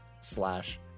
slash